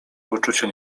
uczucie